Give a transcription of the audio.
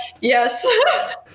Yes